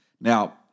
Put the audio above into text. Now